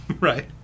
Right